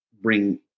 bring